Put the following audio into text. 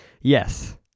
Yes